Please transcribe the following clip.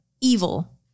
evil